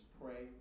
pray